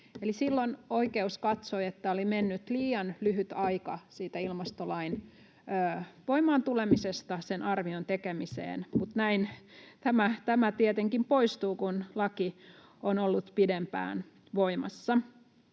silloin oikeus katsoi, että oli mennyt liian lyhyt aika siitä ilmastolain voimaan tulemisesta sen arvion tekemiseen. Mutta näin tämä tietenkin poistuu, kun laki on ollut pidempään voimassa,